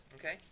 Okay